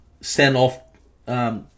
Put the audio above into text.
send-off